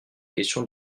question